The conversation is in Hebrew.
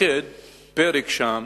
הוא דווקא ייחד פרק שם